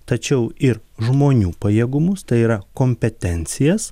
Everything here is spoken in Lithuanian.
tačiau ir žmonių pajėgumus tai yra kompetencijas